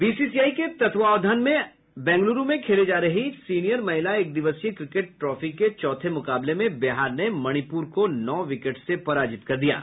BCCI के तत्वावधान में बेंग्लूरू में खेले जा रहे सीनियर महिला एकदिवसीय क्रिकेट ट्राफी के चौथे मुकाबले में बिहार ने मणिपुर को नौ विकेट से पराजित कर दिया है